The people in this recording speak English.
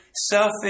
selfish